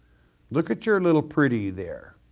look at your little pretty there,